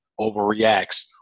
overreacts